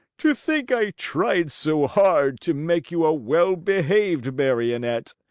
to think i tried so hard to make you a well-behaved marionette!